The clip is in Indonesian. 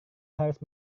harus